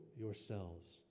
yourselves